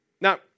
Now